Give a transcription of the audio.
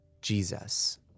jesus